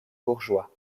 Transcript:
bourgeois